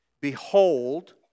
Behold